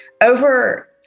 over